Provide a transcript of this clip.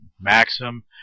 Maxim